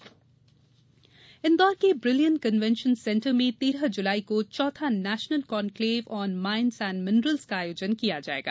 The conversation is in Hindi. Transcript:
नेशनल कॉन्क्लेव इंदौर के ब्रिलियंट कन्वेंशन सेंटर में तेरह जुलाई को चौथा national conclave on mines and minerals का आयोजन किया जायेगा